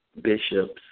bishops